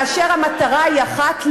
כאשר המטרה היא אחת,